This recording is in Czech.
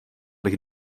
bych